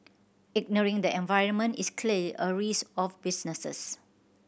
ignoring the environment is clearly a risk of businesses